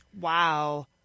Wow